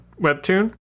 Webtoon